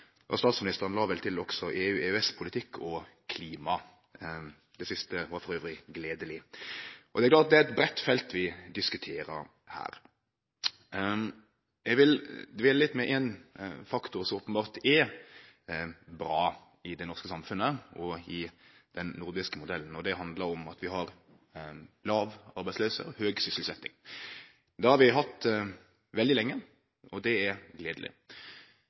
og statsministeren la vel også til EU/EØS-politikk og klimapolitikk. Det siste var forresten gledeleg. Så det er eit breitt felt vi diskuterer her. Eg vil dvele litt ved ein faktor som openbert er bra i det norske samfunnet og i den nordiske modellen, og det handlar om at vi har låg arbeidsløyse og høg sysselsetjing. Det har vi hatt veldig lenge, og det er gledeleg.